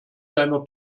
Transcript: seiner